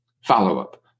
follow-up